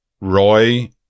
Roy